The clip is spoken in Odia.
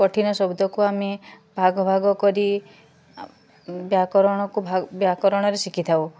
କଠିନ ଶବ୍ଦକୁ ଆମେ ଭାଗ ଭାଗ କରି ବ୍ୟାକରଣକୁ ଭାଗ ବ୍ୟାକରଣରେ ଶିଖିଥାଉ